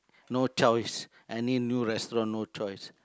no choice any new restaurant no choice